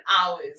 hours